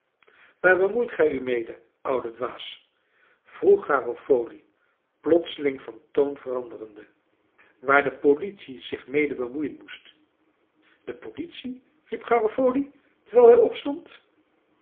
waar bemoeit gij u mede oude dwaas vroeg garofoli plotseling van toon veranderende waar de politie zich mede bemoeien moest de politie riep garofoli terwijl hij opstond